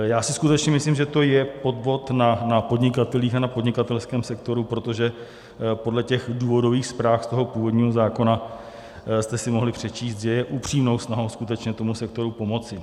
Já si skutečně myslím, že to je podvod na podnikatelích a na podnikatelském sektoru, protože podle těch důvodových zpráv z toho původního zákona jste si mohli přečíst, že je upřímnou snahou skutečně tomu sektoru pomoci.